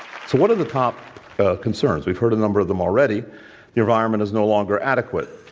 what are the top concerns? we've heard a number of them already the environment is no longer adequate.